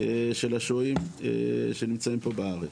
של השוהים שנמצאים פה בארץ.